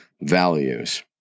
values